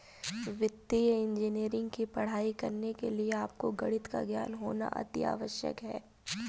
वित्तीय इंजीनियरिंग की पढ़ाई करने के लिए आपको गणित का ज्ञान होना अति आवश्यक है